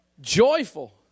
joyful